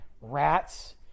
Rats